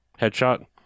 Headshot